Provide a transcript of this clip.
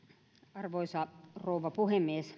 arvoisa rouva puhemies